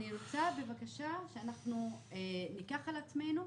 אני רוצה בבקשה שאנחנו ניקח על עצמנו,